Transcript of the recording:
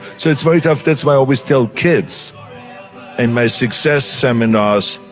so it's very tough, that's why i always tell kids in my success seminars.